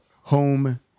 home